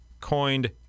coined